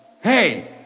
Hey